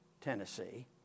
Tennessee